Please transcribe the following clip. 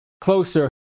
closer